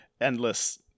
endless